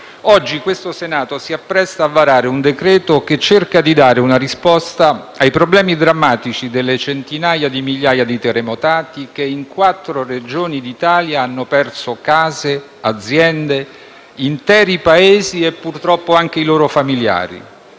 oggi il Senato si appresta a convertire un decreto-legge che cerca di dare risposta ai problemi drammatici delle centinaia di migliaia di terremotati che in quattro Regioni d'Italia hanno perso case, aziende, interi paesi e purtroppo anche i loro familiari.